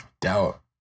Doubt